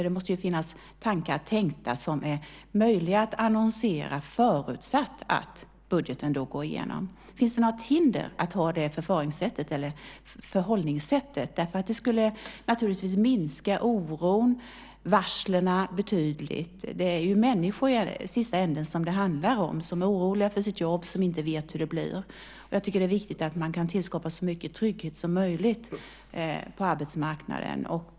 Det måste ju finnas tankar tänkta som är möjliga att annonsera förutsatt att budgeten går igenom. Finns det något hinder att ha det förhållningssättet? Det skulle naturligtvis minska oron och varslen betydligt. Det är ju människor det handlar om i sista ändan som är oroliga för sina jobb, som inte vet hur det blir. Jag tycker att det är viktigt att man kan skapa så mycket trygghet som möjligt på arbetsmarknaden.